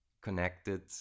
connected